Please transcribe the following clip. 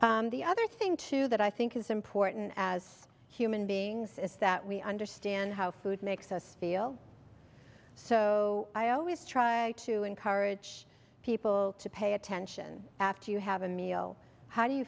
kale the other thing too that i think is important as human beings is that we understand how food makes us feel so i always try to encourage people to pay attention after you have a meal how do you